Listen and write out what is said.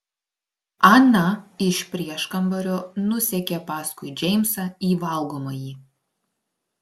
ana iš prieškambario nusekė paskui džeimsą į valgomąjį